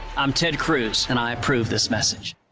i'm ted cruz and i approve this message.